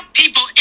people